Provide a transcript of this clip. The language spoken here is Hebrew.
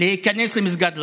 להיכנס למסגד אל-אקצא.